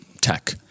tech